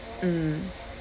mm